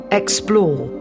explore